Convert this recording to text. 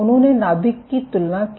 उन्होने नाभिक की तुलना की